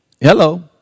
Hello